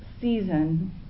season